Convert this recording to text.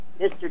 Mr